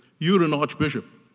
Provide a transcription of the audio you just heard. you are an arch bishop,